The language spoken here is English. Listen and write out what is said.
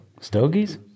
Stogies